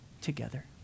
together